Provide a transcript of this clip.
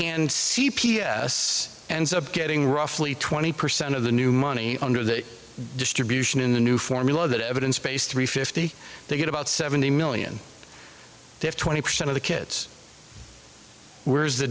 and c p s and sub getting roughly twenty percent of the new money under the distribution in the new formula that evidence base three fifty they get about seventy million they have twenty percent of the kids were the